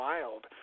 Wild